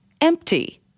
empty